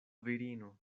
virino